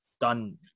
done